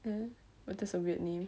hmm !wah! that's a weird name